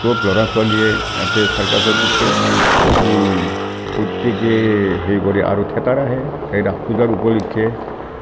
চব ল'ৰা ছোৱালীয়ে ইয়াতে চাৰ্কাছত উঠে উঠি প্ৰত্যেকে হেৰি কৰে আৰু থিয়েটাৰ আহে এই ৰাস পূজাৰ উপলক্ষে